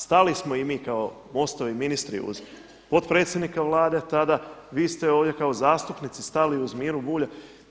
Stali smo i mi kao Mostovi ministri uz potpredsjednika Vlade tada, vi ste ovdje kao zastupnici stali uz Miru Bulja.